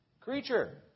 Creature